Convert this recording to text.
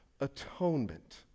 atonement